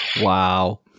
Wow